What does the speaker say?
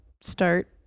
start